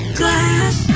glass